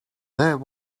there